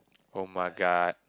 oh-my-god